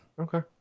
Okay